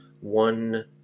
one